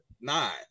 nine